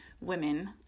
women